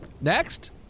Next